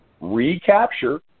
recapture